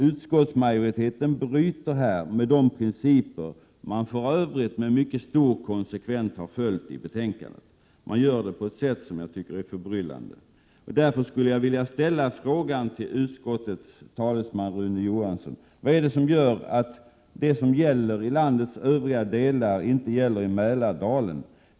Utskottsmajoriteten bryter här med de principer man för övrigt med mycket stor konsekvens har följt i betänkandet. Man gör det på ett sätt som är totalt förbryllande. Därför skulle jag vilja fråga utskottets talesman Rune Johansson: Vad är det som gör att det som gäller i landets övriga delar inte gäller i Mälardalen?